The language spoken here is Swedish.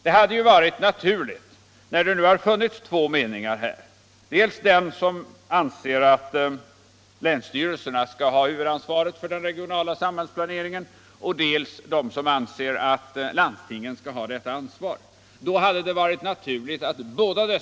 Detta hade annars varit naturligt när det nu har funnits två meningar på området: dels den som innebär att länsstyrelserna skall ha huvudansvaret för den regionala samhällsplaneringen, dels den som utgår från att landstingen skall ha detta ansvar.